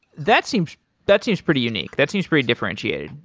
that seems that seems pretty unique. that seems pretty differentiated.